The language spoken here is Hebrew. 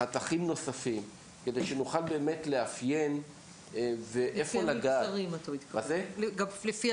חתכים נוספים, כדי שנוכל באמת לאפיין ולדעת איפה